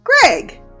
greg